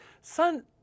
son